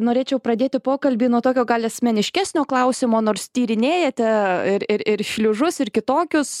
norėčiau pradėti pokalbį nuo tokio gal asmeniškesnio klausimo nors tyrinėjate ir ir ir šliužus ir kitokius